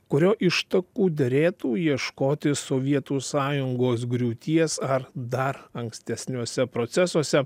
kurio ištakų derėtų ieškoti sovietų sąjungos griūties ar dar ankstesniuose procesuose